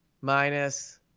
minus